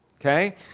Okay